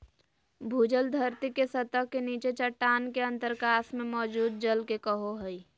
भूजल धरती के सतह के नीचे चट्टान के अंतरकाश में मौजूद जल के कहो हइ